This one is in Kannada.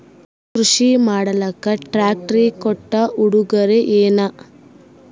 ಕೃಷಿ ಮಾಡಲಾಕ ಟ್ರಾಕ್ಟರಿ ಕೊಟ್ಟ ಉಡುಗೊರೆಯೇನ?